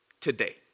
today